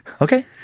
Okay